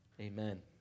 amen